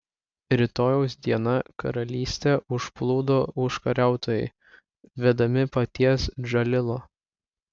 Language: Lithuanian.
rytojaus dieną karalystę užplūdo užkariautojai vedami paties džalilo